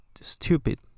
stupid